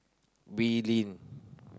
Wee Lin